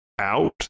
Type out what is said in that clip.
out